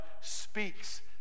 speaks